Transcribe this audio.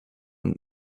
und